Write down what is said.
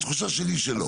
התחושה שלי היא שלא.